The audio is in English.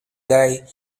guy